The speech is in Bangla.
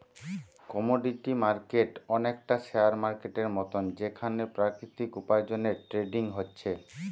কমোডিটি মার্কেট অনেকটা শেয়ার মার্কেটের মতন যেখানে প্রাকৃতিক উপার্জনের ট্রেডিং হচ্ছে